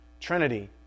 Trinity